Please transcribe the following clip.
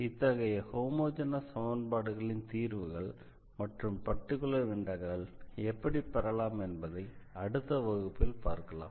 இத்தகைய ஹோமோஜெனஸ் சமன்பாட்டின் தீர்வுகள் மற்றும் பர்டிகுலர் இண்டெக்ரலை எப்படி பெறலாம் என்பதை அடுத்த வகுப்பில் பார்க்கலாம்